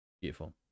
beautiful